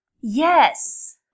Yes